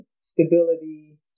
stability